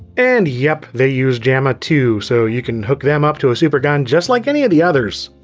and yep, they use jamma too, so you can hook them up to a supergun just like any of the others.